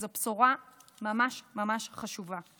זו בשורה ממש ממש חשובה.